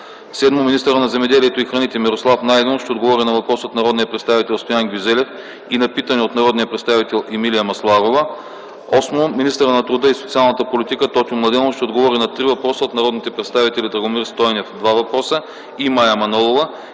7. Министърът на земеделието и храните Мирослав Найденов ще отговори на въпрос от народния представител Стоян Гюзелев и на питане от народния представител Емилия Масларова. 8. Министърът на труда и социалната политика Тотю Младенов ще отговори на три въпроса от народните представители Драгомир Стойнев – 2 въпроса,